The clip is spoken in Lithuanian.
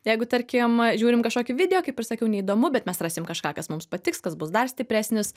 jeigu tarkim žiūrim kažkokį video kaip ir sakiau neįdomu bet mes rasim kažką kas mums patiks kas bus dar stipresnis